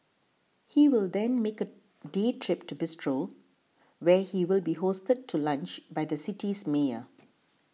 he will then make a day trip to Bristol where he will be hosted to lunch by the city's mayor